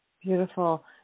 Beautiful